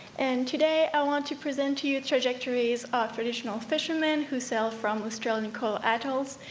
and today, i want to present to you trajectories of traditional fishermen who sail from australian coral atolls,